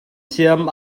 thiam